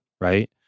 right